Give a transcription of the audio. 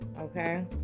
okay